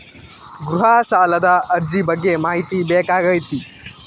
ಗೃಹ ಸಾಲದ ಅರ್ಜಿ ಬಗ್ಗೆ ಮಾಹಿತಿ ಬೇಕಾಗೈತಿ?